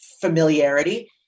familiarity